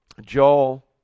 Joel